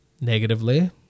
negatively